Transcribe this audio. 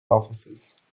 offices